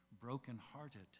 brokenhearted